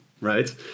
right